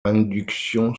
induction